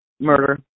murder